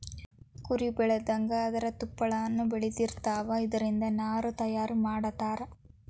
ಕುರಿ ಬೆಳದಂಗ ಅದರ ತುಪ್ಪಳಾನು ಬೆಳದಿರತಾವ, ಇದರಿಂದ ನಾರ ತಯಾರ ಮಾಡತಾರ